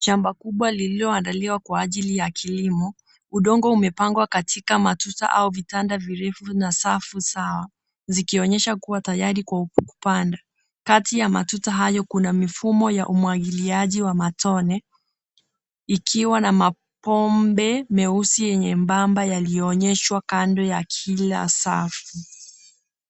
Shamba kubwa lililoandaliwa kwa ajili ya kilimo. Udongo umepangwa katika matuta au vitanda virefu na safu sawa, zikionyesha kuwa tayari kwa kupanda. Kati ya matuta hayo kuna mifumo ya umwagiliaji wa matone, ikiwa na mabomba meusi membamba, yaliyoonyeshwa kando ya kila safu.